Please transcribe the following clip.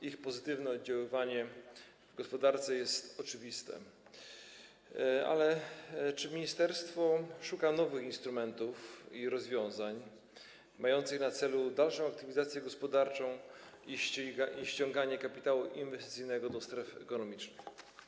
Ich pozytywne oddziaływanie w gospodarce jest oczywiste, ale czy ministerstwo szuka nowych instrumentów i rozwiązań mających na celu dalszą aktywizację gospodarczą i ściąganie kapitału inwestycyjnego do stref ekonomicznych?